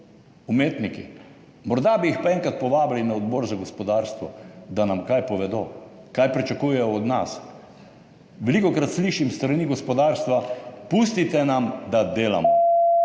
umetniki. Morda bi jih pa kdaj povabili na Odbor za gospodarstvo, da nam kaj povedo, kaj pričakujejo od nas. Velikokrat slišim s strani gospodarstva: »Pustite nam, da delamo.«